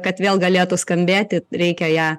kad vėl galėtų skambėti reikia ją